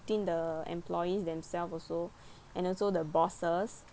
between the employees themselves also and also the bosses